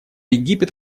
египет